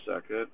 second